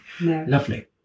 Lovely